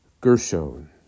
Gershon